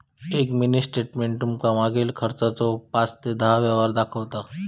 एक mini statement तुमका मागील खर्चाचो पाच ते दहा व्यवहार दाखवता